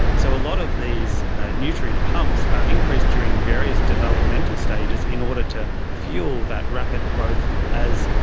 so a lot of these nutrient pumps are increased during various developmental stages in order to fuel that rapid growth as,